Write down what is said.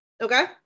okay